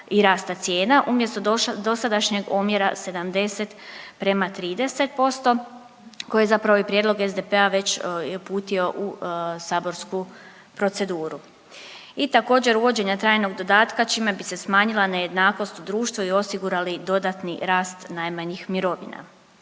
i rasta cijena, umjesto dosadašnjeg omjera 70 prema 30% koji je zapravo i prijedlog SDP-a već i uputio u saborsku proceduru. I također uvođenja trajnog dodatka čime bi se smanjila nejednakost u društvu i osigurali dodatni rast najmanjih mirovina.